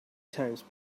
times